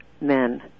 men